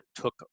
took